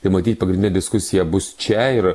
tai matyt pagrindinė diskusija bus čia ir